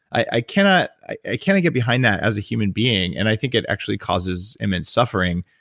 i cannot i cannot get behind that as a human being, and i think it actually causes immense suffering,